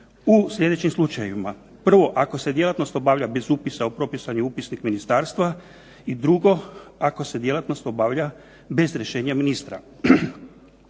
u sljedećim slučajevima. Prvo ako se djelatnost obavlja bez upisa u propisani upisnik ministarstva i drugo ako se djelatnost obavlja bez rješenja ministra.